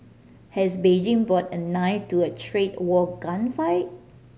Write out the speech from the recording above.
has Beijing bought a knife to a trade war gunfight